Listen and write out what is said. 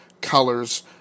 colors